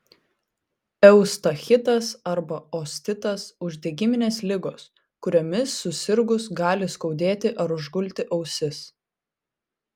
eustachitas arba ostitas uždegiminės ligos kuriomis susirgus gali skaudėti ar užgulti ausis